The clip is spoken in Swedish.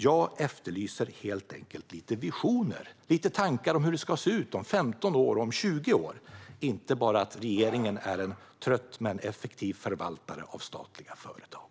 Jag efterlyser helt enkelt lite visioner och tankar om hur det ska se ut om 15 år och om 20 år, inte bara att regeringen är en trött men effektiv förvaltare av statliga företag.